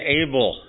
able